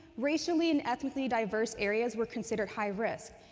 racially and ethnically diverse areas were considered high risk,